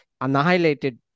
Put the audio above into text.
annihilated